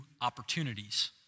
opportunities